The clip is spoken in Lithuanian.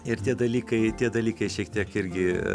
ir tie dalykai tie dalykai šiek tiek irgi